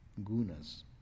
gunas